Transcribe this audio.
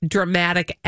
dramatic